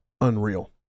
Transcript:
unreal